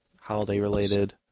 holiday-related